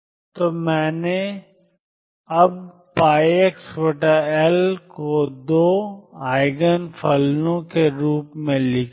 तो मैंने अबπxL को दो Eigen फलनों के रूप में लिखा है